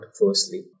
Firstly